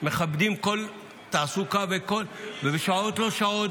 שמכבדים כל תעסוקה ובשעות לא שעות,